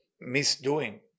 misdoing